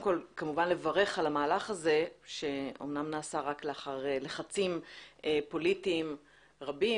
כמובן לברך על המהלך הזה שאמנם נעשה רק לאחר לחצים פוליטיים רבים